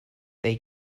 they